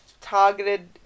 targeted